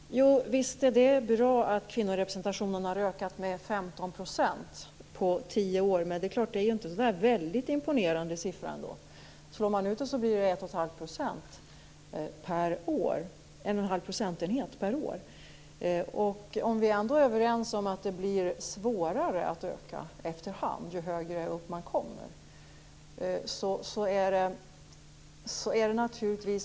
Fru talman! Visst är det bra att kvinnorepresentationen har ökat med 15 % på tio år, men det är ändå inte en så väldigt imponerande siffra. Slår man ut det blir det en och en halv procentenhet per år. Dessutom är vi ju överens om att det blir svårare att öka efter hand, ju högre upp man kommer.